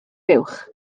buwch